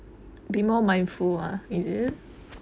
be more mindful ah is it